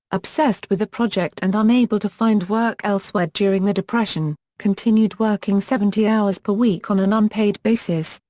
obsessed with the project and unable to find work elsewhere during the depression, continued working seventy hours per week on an unpaid basis,